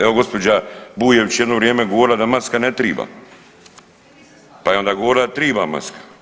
Evo gospođa Bujević je jedno vrijeme govorila da maska ne triba, pa je onda govorila da triba maska.